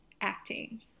acting